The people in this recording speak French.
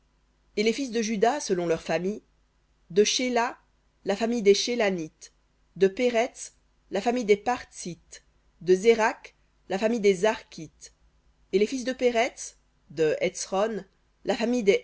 et les fils de juda selon leurs familles de shéla la famille des shélanites de pérets la famille des partsites de zérakh la famille des zarkhites et les fils de pérets de hetsron la famille